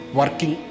working